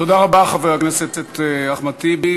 תודה רבה, חבר הכנסת אחמד טיבי.